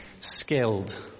skilled